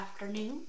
afternoon